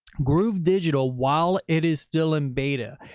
groove digital while it is still in beta,